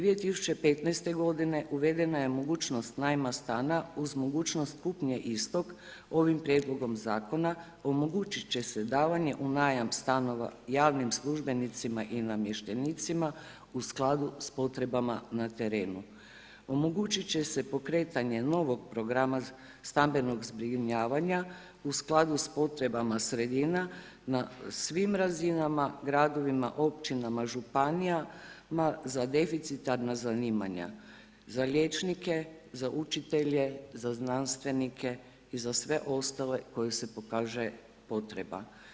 2015. g. uvedena je mogućnost najma stana uz mogućnost kupnje istog ovim prijedlogom zakona, omogućiti će se davanje u najam stanova javnim službenicima i namještenicima u skladu sa potrebama na terenu, omogućiti će se pokretanje novog programa stambenog zbrinjavanja u skladu s potrebama sredina na svim razinama, gradovima, općinama, županijama za deficitarna zanimanja, za liječnike, za učitelje, za znanstvenike i za sve ostale koji se pokaže potreba.